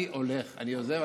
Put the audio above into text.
אני הולך, אני עוזב.